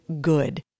good